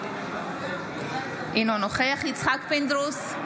אינו נוכח יצחק פינדרוס,